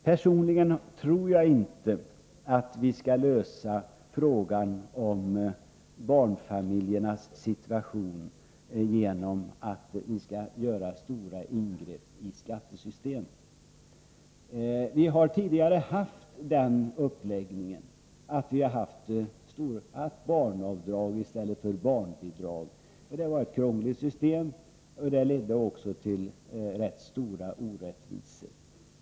Personligen tror jag inte att vi skall lösa frågan om barnfamiljernas situation genom att göra stora ingrepp i skattesystemet. Vi har ju tidigare haft den uppläggningen, med barnavdrag i stället för barnbidrag, men det var ett krångligt system och ledde också till rätt stora orättvisor.